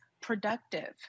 productive